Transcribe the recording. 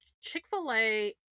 Chick-fil-A